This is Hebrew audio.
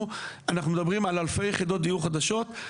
אנחנו מדברים על אלפי יחידות דיור חדשות.